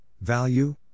value